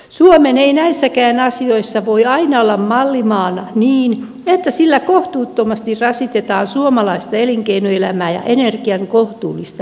suomen ei näissäkään asioissa voi aina olla mallimaana niin että sillä kohtuuttomasti rasitetaan suomalaista elinkeinoelämää ja energian kohtuullista hinnoittelua